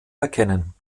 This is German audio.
erkennen